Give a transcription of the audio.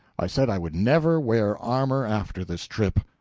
i said i would never wear armor after this trip.